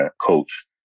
coach